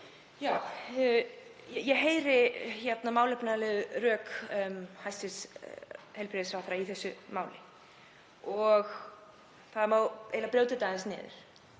Ég heyri málefnaleg rök hæstv. heilbrigðisráðherra í þessu máli og það má eiginlega brjóta þetta aðeins niður.